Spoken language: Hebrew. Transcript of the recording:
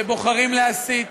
שבוחרים להסית,